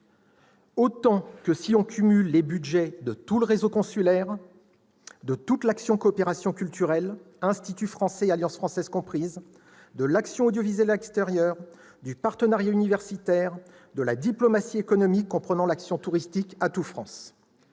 autant que les budgets cumulés de tout le réseau consulaire, de toute l'action en matière de coopération culturelle, Instituts français et Alliances françaises compris, de l'action audiovisuelle extérieure, du partenariat universitaire et de la diplomatie économique, comprenant l'action touristique d'Atout France.